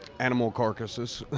animal carcasses.